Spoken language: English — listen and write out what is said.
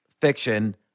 fiction